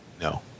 No